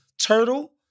turtle